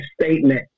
statement